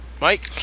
Mike